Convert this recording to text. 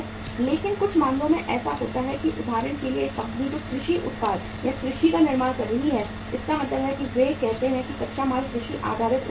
लेकिन कुछ मामलों में ऐसा होता है कि उदाहरण के लिए एक कंपनी जो कृषि उत्पाद या कृषि का निर्माण कर रही है इसका मतलब है कि वे कहते हैं कि कच्चा माल कृषि आधारित उत्पाद है